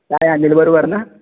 काय अनिल बरोबर ना